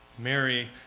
Mary